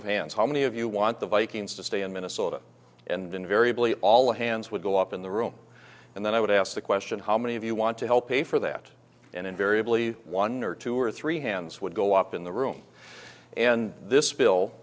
of hands how many of you want the vikings to stay in minnesota and invariably all hands would go up in the room and then i would ask the question how many of you want to help pay for that and invariably one or two or three hands would go up in the room and this bill